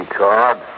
card